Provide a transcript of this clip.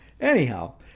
anyhow